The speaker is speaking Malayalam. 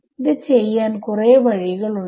ഇത് ചെയ്യാൻ കുറെ വഴികൾ ഉണ്ട്